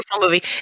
movie